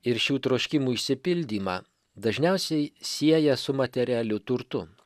ir šių troškimų išsipildymą dažniausiai sieja su materialiu turtu